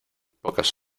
pocas